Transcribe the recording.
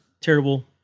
terrible